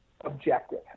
objective